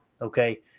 okay